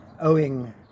owing